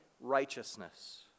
righteousness